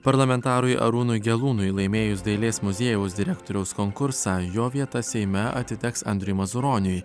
parlamentarui arūnui gelūnui laimėjus dailės muziejaus direktoriaus konkursą jo vieta seime atiteks andriui mazuroniui